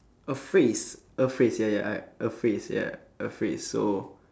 a phrase a phrase ya ya I a phrase ya a phrase so